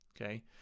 okay